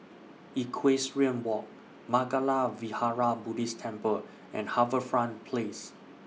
Equestrian Walk Mangala Vihara Buddhist Temple and HarbourFront Place